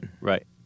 Right